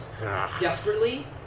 desperately